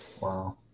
Wow